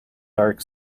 dark